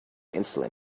insulin